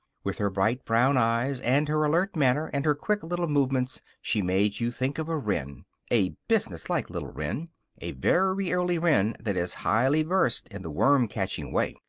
with her bright brown eyes and her alert manner and her quick little movements she made you think of a wren a businesslike little wren a very early wren that is highly versed in the worm-catching way.